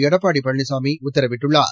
எடப்பாடி பழனிசாமி உத்தரவிட்டுள்ளார்